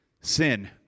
Sin